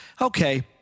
Okay